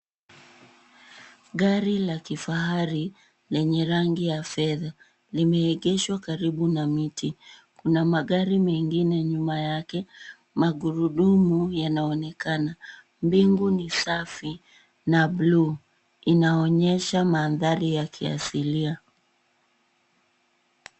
Gari la kifahari lenye rangi ya fedha limeegeshwa karibu na miti. Kuna magari mengine nyuma yake. Magurudumu yanaonekana. Mbingu ni safi na bluu. Inaonyesha mandhari ya kiasilia.